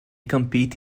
compete